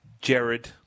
Jared